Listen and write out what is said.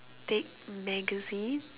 take magazine